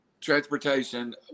transportation